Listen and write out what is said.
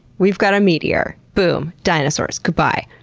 we've got a meteor. boom! dinosaurs, goodbye.